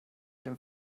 dem